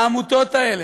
העמותות האלה,